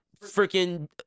freaking